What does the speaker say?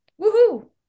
Woohoo